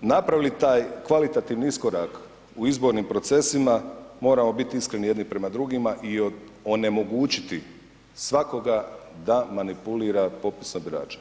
napravili taj kvalitativni iskorak u izbornim procesima moramo biti iskreni jedni prema drugima i onemogućiti svakoga da manipulira popisom birača.